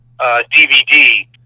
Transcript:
DVD